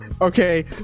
Okay